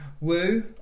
Woo